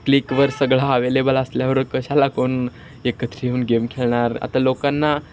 क्लिकवर सगळा अवेलेबल असल्यावर कशाला कोण एकत्र येऊन गेम खेळणार आता लोकांना